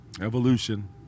evolution